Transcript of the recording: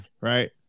right